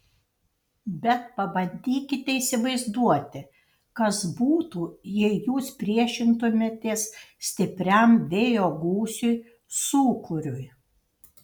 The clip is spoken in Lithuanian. bet pabandykite įsivaizduoti kas būtų jei jūs priešintumėtės stipriam vėjo gūsiui sūkuriui